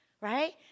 right